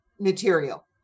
material